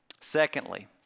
Secondly